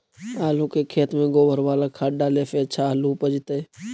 आलु के खेत में गोबर बाला खाद डाले से अच्छा आलु उपजतै?